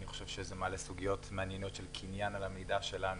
אני חושב שזה מעלה סוגיות מעניינות של קניין על המידע שלנו.